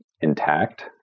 intact